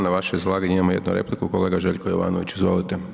Na vaše izlaganje imamo jednu repliku, kolega Željko Jovanović, izvolite.